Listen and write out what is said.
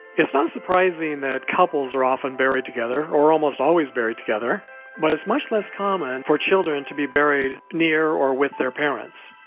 it's not surprising that couples are often buried together or almost always buried together but it's much less common for children to be buried near or with their parents.